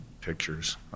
pictures